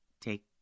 take